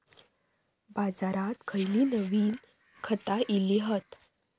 बाजारात खयली नवीन खता इली हत?